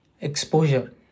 Exposure